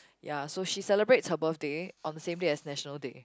ya so she celebrates her birthday on the same day as National Day